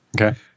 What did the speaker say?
Okay